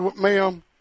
Ma'am